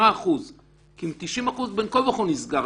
90% בין כה וכה נסגר,